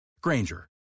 Granger